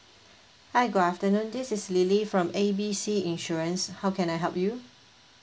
hi good afternoon this is lily from A B C insurance how can I help you